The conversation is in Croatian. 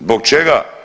Zbog čega?